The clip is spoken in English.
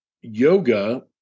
yoga